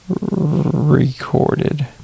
recorded